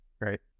right